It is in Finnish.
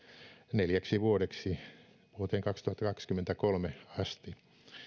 neljäksi vuodeksi vuoteen kaksituhattakaksikymmentäkolme asti